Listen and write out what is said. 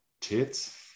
tits